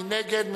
מי נגד?